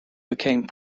became